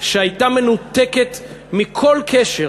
שהייתה מנותקת מכל קשר